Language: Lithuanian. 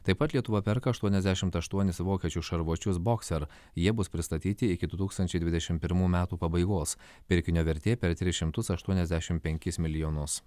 taip pat lietuva perka aštuoniasdešimt aštuonis vokiečių šarvuočius bokser jie bus pristatyti iki du tūkstančiai dvidešimt pirmų metų pabaigos pirkinio vertė per tris šimtus aštuoniasdešimt penkis milijonus